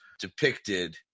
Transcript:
depicted